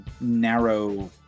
narrow